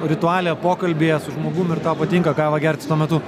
rituale pokalbyje su žmogum ir tau patinka kavą gerti tuo metu